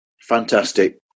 fantastic